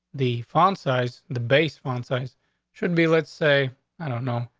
the font size, the base font size shouldn't be, let's say i don't know,